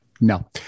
No